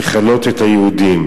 לכלות את היהודים.